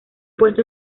puesto